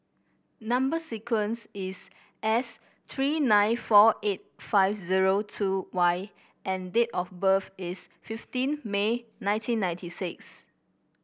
number sequence is S three nine four eight five zero two Y and date of birth is fifteen May nineteen ninety six